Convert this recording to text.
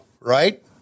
right